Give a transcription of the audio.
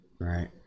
Right